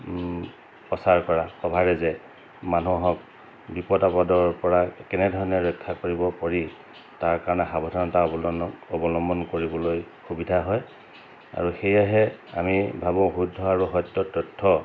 প্ৰচাৰ কৰা সভাৰে যে মানুহক বিপদ আপদৰ পৰা কেনেধৰণে ৰক্ষা কৰিব পাৰি তাৰ কাৰণে সাৱধানতা অৱল অৱলম্বন কৰিবলৈ সুবিধা হয় আৰু সেয়েহে আমি ভাবোঁ শুদ্ধ আৰু সত্য তথ্য